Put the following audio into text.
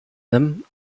them